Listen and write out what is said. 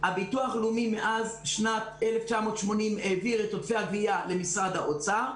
הביטוח הלאומי מאז שנת 1980 העביר את עודפי הגבייה למשרד האוצר.